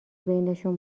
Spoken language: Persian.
بینشون